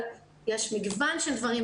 יש מגוון של דברים,